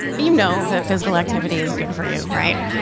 you know that physical activity is good for you, right?